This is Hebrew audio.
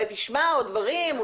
אולי תשמע עוד דברים,